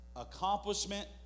accomplishment